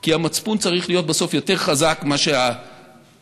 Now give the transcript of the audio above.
כי המצפון צריך להיות בסוף יותר חזק מאשר הפיתוי